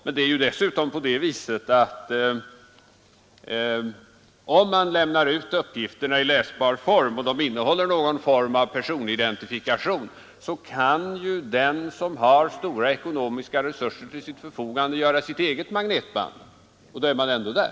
Men det är dessutom på det viset att om man lämnar ut uppgifterna i läsbar form och de innehåller något slag av personidentifikation kan ju den som har stora ekonomiska resurser till sitt förfogande göra sitt eget magnetband, och då är man ändå där.